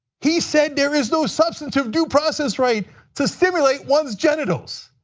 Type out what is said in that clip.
he said there is no substantive due process right to stimulate one's genitals.